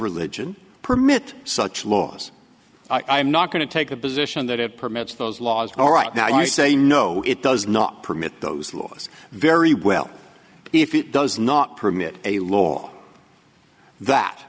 religion permit such laws i am not going to take a position that it permits those laws all right now i say no it does not permit those laws very well if it does not permit a law that